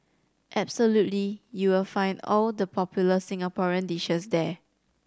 absolutely you will find all the popular Singaporean dishes there